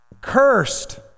Cursed